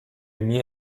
mie